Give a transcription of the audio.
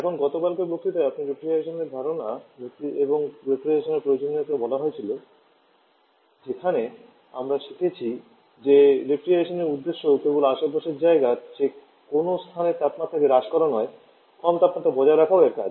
এখন গতকালকের বক্তৃতায় রেফ্রিজারেশনের ধারণা এবং রেফ্রিজারেশনের প্রয়োজনীয়তা বলা হয়েছিল যেখানে আমরা শিখেছি যে রেফ্রিজারেশনের উদ্দেশ্য কেবল আশেপাশের জায়গার চেয়ে কোনও স্থানের তাপমাত্রাকে হ্রাস করা নয় কম তাপমাত্রা বজায় রাখাও এর কাজ